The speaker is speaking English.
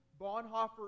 Bonhoeffer